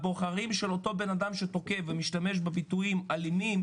הבוחרים של אותו בן אדם שתוקף ומשתמש בביטויים אלימים,